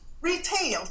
Retail